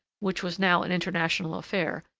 which was now an international affair,